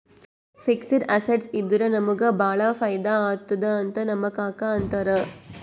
fixed assets ಇದ್ದುರ ನಮುಗ ಭಾಳ ಫೈದಾ ಆತ್ತುದ್ ಅಂತ್ ನಮ್ ಕಾಕಾ ಅಂತಾರ್